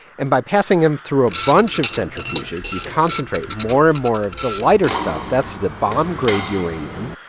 and by passing them through a bunch of centrifuges, you concentrate more and more of the lighter stuff that's the bomb-grade uranium,